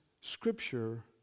Scripture